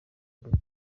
mbeho